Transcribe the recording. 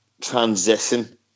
transition